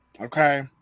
Okay